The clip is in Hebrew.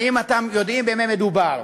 האם אתם יודעים במה מדובר?